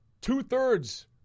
Two-thirds